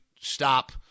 stop